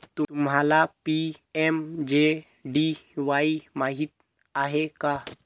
तुम्हाला पी.एम.जे.डी.वाई माहित आहे का?